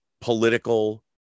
political